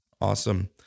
Awesome